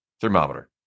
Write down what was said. thermometer